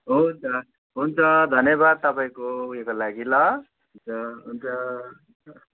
हुन्छ हुन्छ धन्यवाद तपाईँको उयोको लागि ल हुन्छ हुन्छ